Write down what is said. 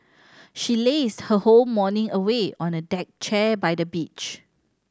she lazed her whole morning away on a deck chair by the beach